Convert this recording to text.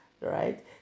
right